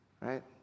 Right